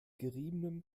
geriebenem